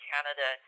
Canada